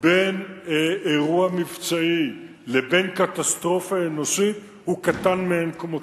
בין אירוע מבצעי לבין קטסטרופה אנושית הוא קטן מאין כמותו.